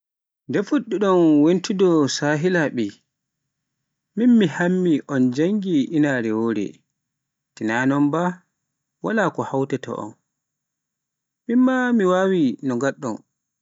Nde puɗɗi-ɗon wontude sehilaaɓe? Mi hammi on janngi inaare wore, tina non ba wala ko hawtata on, min ma wawai no ngaɗɗom.